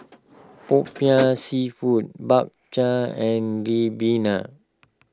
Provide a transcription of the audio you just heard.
Popiah Seafood Bak Chang and Ribena